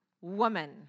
woman